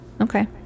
okay